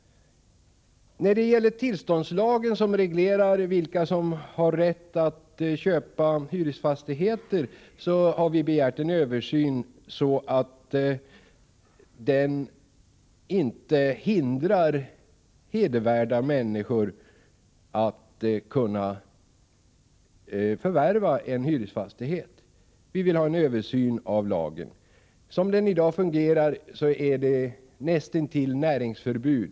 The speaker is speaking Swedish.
När det gäller tillståndslagen, som reglerar vilka som har rätt att köpa hyresfastigheter, har vi begärt en översyn så att den inte skall hindra hedervärda människor att förvärva en hyresfastighet. Vi vill ha en översyn av lagen. Som den i dag fungerar är det nästintill näringsförbud.